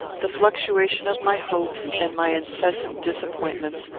the fluctuation of my hopes and my incessant disappointments,